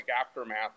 Aftermath